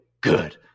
good